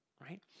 right